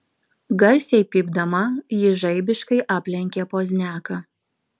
garsiai pypdama ji žaibiškai aplenkė pozniaką